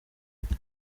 bwe